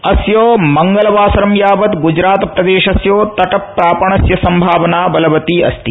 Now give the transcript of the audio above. अस्य मंगलवासरं यावत् ग्जरात प्रदेशस्य तट प्रापणस्य संभावना बलवती अस्ति